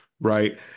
Right